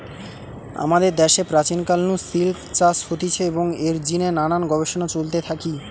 আমাদের দ্যাশে প্রাচীন কাল নু সিল্ক চাষ হতিছে এবং এর জিনে নানান গবেষণা চলতে থাকি